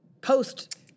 post